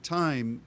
time